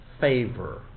favor